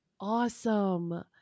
awesome